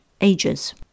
ages